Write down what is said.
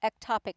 ectopic